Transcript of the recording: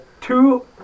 two